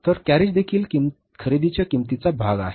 तर carriage देखील खरेदीच्या किंमतीचा भाग आहे